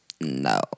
No